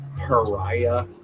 pariah